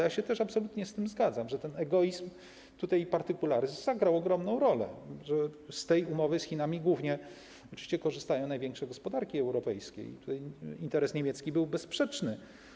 Ja też absolutnie z tym się zgadzam, że ten egoizm i partykularyzm odegrały ogromną rolę, że z tej umowy z Chinami głównie oczywiście korzystają największe gospodarki europejskie i interes niemiecki był bezsprzeczny.